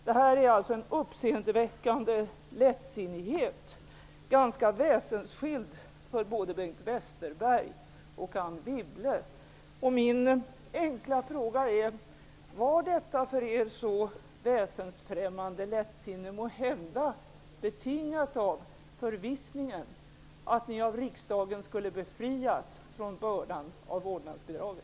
Detta visar alltså på en uppseendeväckande lättsinnighet som är väsensskild från vad både Bengt Westerberg och Anne Wibble bruka komma med. Min enkla fråga är: Var detta för er så främmande lättsinne måhända betingat av förvissningen om att ni av riksdagen skulle befrias från bördan av vårdnadsbidraget?